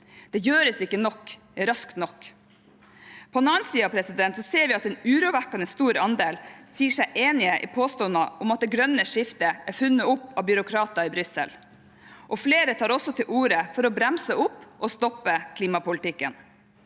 Det gjøres ikke nok, raskt nok. På en annen side ser vi at en urovekkende stor andel sier seg enig i påstander om at det grønne skiftet er funnet opp av byråkrater i Brussel, og flere tar også til orde for å bremse opp og stoppe klimapolitikken.